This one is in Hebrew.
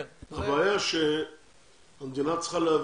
הבעיה שהמדינה צריכה להבין,